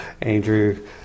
Andrew